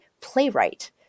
playwright